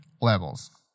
levels